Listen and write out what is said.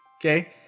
Okay